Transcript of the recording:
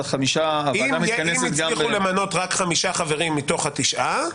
אז הוועדה מתכנסת --- אם הצליחו למנות רק חמישה חברים מתוך התשעה,